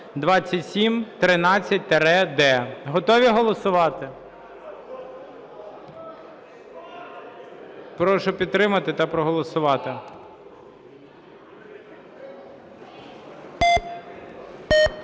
2713-д. Готові голосувати? Прошу підтримати та проголосувати.